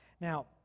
now